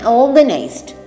organized